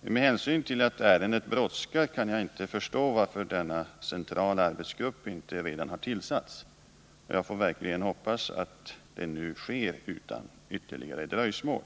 Med hänsyn till att ärendet brådskar kan jag inte förstå varför denna centrala arbetsgrupp inte redan har tillsatts. Jag får verkligen hoppas att det nu kan ske utan ytterligare dröjsmål.